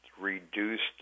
Reduced